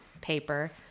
paper